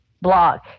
blog